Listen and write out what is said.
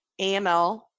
AML